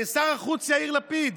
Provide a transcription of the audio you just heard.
שר החוץ יאיר לפיד,